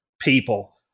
people